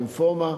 לימפומה,